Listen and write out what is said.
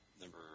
Number